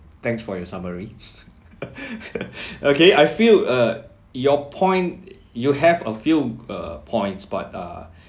thanks for your summary okay I feel uh your point you have a few err points but err